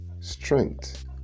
strength